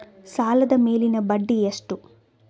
ಸಾಲದ ಮೇಲಿನ ಬಡ್ಡಿ ಎಷ್ಟು?